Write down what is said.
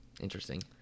Interesting